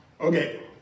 okay